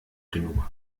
genug